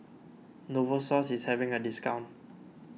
Novosource is having a discount